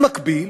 במקביל,